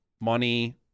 money